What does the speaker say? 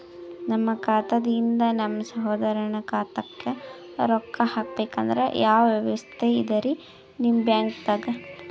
ನಮ್ಮ ಖಾತಾದಿಂದ ನಮ್ಮ ಸಹೋದರನ ಖಾತಾಕ್ಕಾ ರೊಕ್ಕಾ ಹಾಕ್ಬೇಕಂದ್ರ ಯಾವ ವ್ಯವಸ್ಥೆ ಇದರೀ ನಿಮ್ಮ ಬ್ಯಾಂಕ್ನಾಗ?